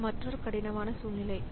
இது மற்றொரு கடினமான சூழ்நிலை